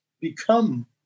become